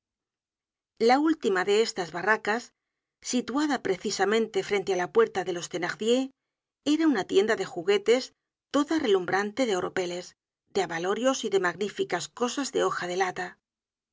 la última de estas barracas situada precisamente frente á la puerta de los thenardier era una tienda de juguetes toda relumbrante de oropeles de abalorios y de magníficas cosas de hoja de lata